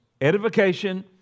edification